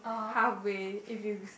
how we if you